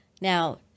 Now